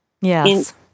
Yes